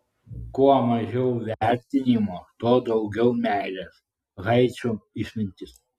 kuo mažiau vertinimo tuo daugiau meilės haičio išmintis